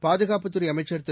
பாதுகாப்புத்துறை அமைச்சர் திரு